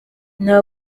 nta